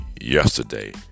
yesterday